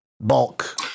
bulk